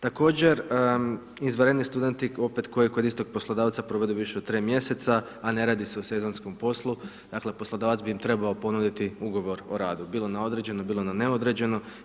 Također, izvanredni studenti opet koji kod istog poslodavca provode više od tri mjeseca, a ne radi se o sezonskom poslu dakle, poslodavac bi im trebao ponudi ugovor o radu, bilo na određeno bilo na neodređeno.